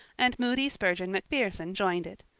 and moody spurgeon macpherson joined it.